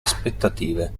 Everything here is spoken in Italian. aspettative